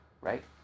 right